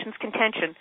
contention